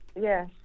Yes